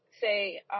say